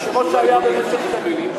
כמו שהיה במשך שנים.